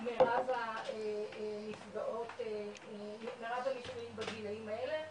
מירב הנפגעים בגילאים האלה,